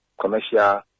commercial